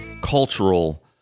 cultural